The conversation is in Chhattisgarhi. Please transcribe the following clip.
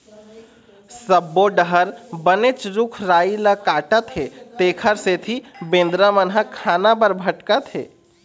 सब्बो डहर बनेच रूख राई ल काटत हे तेखर सेती बेंदरा मन ह खाना बर भटकत हे